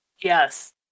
yes